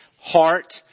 heart